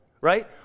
right